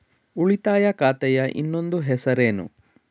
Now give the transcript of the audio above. ಉಳಿತಾಯ ಖಾತೆಯ ಇನ್ನೊಂದು ಹೆಸರೇನು?